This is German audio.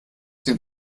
den